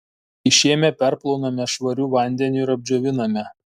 išėmę perplauname švariu vandeniu ir apdžioviname